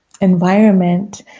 environment